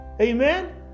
amen